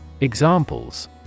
Examples